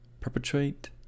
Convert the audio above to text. perpetrate